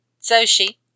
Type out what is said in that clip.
Zoshi